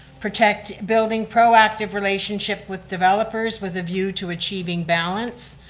protect building proactive relationship with developers with a view to achieving balance.